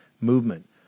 movement